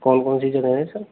कौन कौन सी जगह है सर